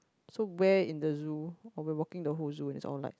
so where in the zoo or we're walking the whole zoo and it's all lights